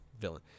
villain